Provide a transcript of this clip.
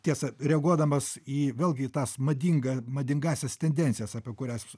tiesa reaguodamas į vėlgi į tas madinga madingąsias tendencijas apie kurias